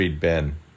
Ben